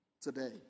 today